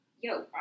Yo